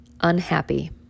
unhappy